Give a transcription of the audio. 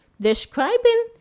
describing